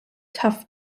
tough